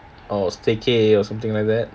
oh staycay or something like that